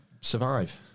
survive